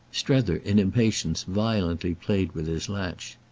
strether, in impatience, violently played with his latch.